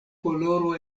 koloro